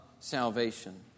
Salvation